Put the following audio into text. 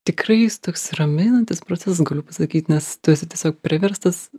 tikrai jis toks raminantis procesas galiu pasakyt nes tu esi tiesiog priverstas